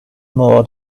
more